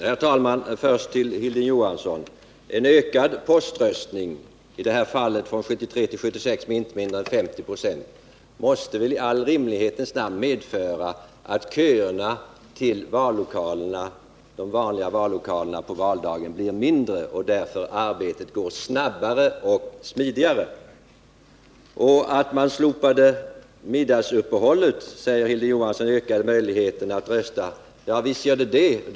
Herr talman! Först vill jag vända mig till Hilding Johansson. En ökad poströstning — som i detta fall med inte mindre än 50 96 från 1973 till 1976 — måste väl i all rimlighets namn medföra att köerna till de vanliga vallokalerna på valdagen blir mindre och att arbetet därför går snabbare och smidigare. Att man slopade middagsuppehållet, säger Hilding Johansson, ökade möjligheterna att rösta. Ja visst gjorde det det.